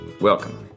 Welcome